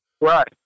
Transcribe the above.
Right